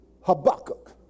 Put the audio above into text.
Habakkuk